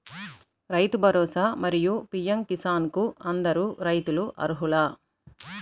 రైతు భరోసా, మరియు పీ.ఎం కిసాన్ కు అందరు రైతులు అర్హులా?